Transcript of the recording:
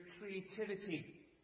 creativity